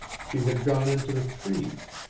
she had gone into the trees.